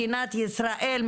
מדינת ישראל,